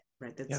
right